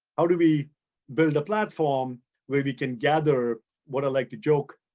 how do we build a platform where we can gather what i like to joke,